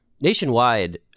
Nationwide